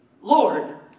Lord